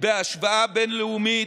בהשוואה בין-לאומית,